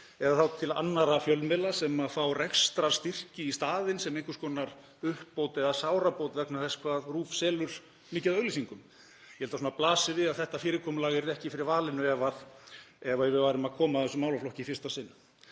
eða þá til annarra fjölmiðla sem fá rekstrarstyrki í staðinn sem einhvers konar uppbót eða sárabót vegna þess hve RÚV selur mikið af auglýsingum. Ég held að það blasi við að þetta fyrirkomulag yrði ekki fyrir valinu ef við værum að koma að þessum málaflokki í fyrsta sinn.